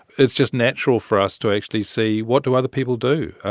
it's just natural for us to actually see, what do other people do?